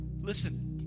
listen